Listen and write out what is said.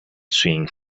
swing